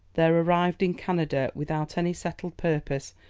there arrived in canada, without any settled purpose,